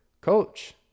Coach